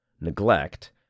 neglect